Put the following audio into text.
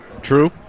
True